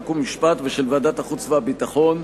חוק ומשפט ושל ועדת החוץ והביטחון.